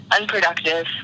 unproductive